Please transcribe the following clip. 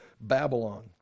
Babylon